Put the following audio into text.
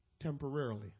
temporarily